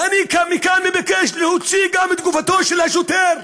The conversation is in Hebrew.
ואני מכאן מבקש להוציא גם את גופתו של השוטר,